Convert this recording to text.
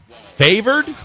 Favored